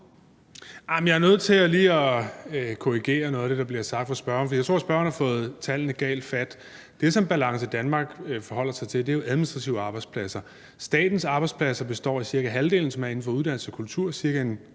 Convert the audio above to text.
jeg er nødt til lige at korrigere noget af det, der bliver sagt af spørgeren, for jeg tror, at spørgeren har fået galt fat i tallene. Det, som Balance Danmark forholder sig til, er jo administrative arbejdspladser. Statens arbejdspladser består for cirka halvdelens vedkommende af arbejdspladser, som er